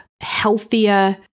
healthier